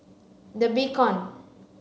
the Beacon